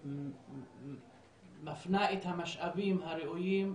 ומפנה את המשאבים הראויים,